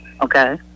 Okay